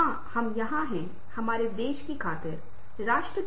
आप पाते हैं कि रेलगाड़ियों के अधिकांश झगड़े जगहा और क्षेत्र के बारे में हैं